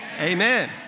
Amen